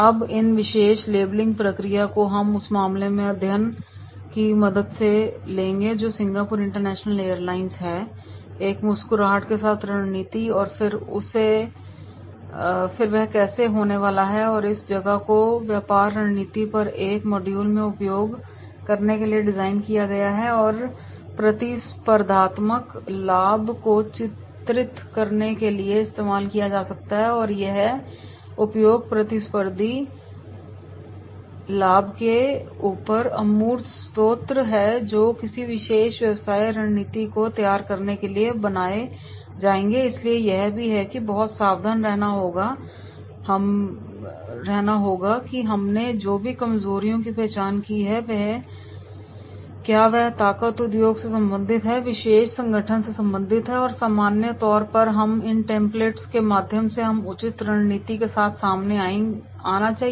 अब इन विशेष लेबलिंग प्रक्रिया को हम उसी मामले के अध्ययन की मदद से लेंगे जो सिंगापुर इंटरनेशनल एयरलाइंस है एक मुस्कुराहट के साथ रणनीति और फिर यह कैसे होने वाला है अब इस जगह को व्यापार रणनीति पर एक मॉड्यूल में उपयोग करने के लिए डिज़ाइन किया गया है और प्रतिस्पर्धात्मक लाभ को चित्रित करने के लिए इस्तेमाल किया जा सकता है और ये उपयोग प्रतिस्पर्धी लाभ के ऊपर अमूर्त स्रोत हैं जो किसी विशेष व्यवसाय रणनीति को तैयार करने के लिए बनाए जाएंगे इसलिए यह भी है कि हमें बहुत सावधान रहना होगा कि हमने जो भी कमजोरियों की पहचान की है वे क्या हैं ताकत उद्योग से संबंधित हैं विशेष संगठन से संबंधित हैं और सामान्य तौर पर तब इन टेम्पलेट्स के माध्यम से हमें उचित रणनीति के साथ सामने आना चाहिए